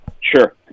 Sure